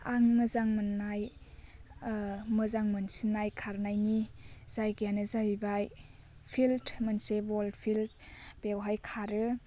आं मोजां मोननाय मोजां मोनसिननाय खारनायनि जायगायानो जाहैबाय फिल्ड मोनसे बल फिल्ड बेवहाय खारो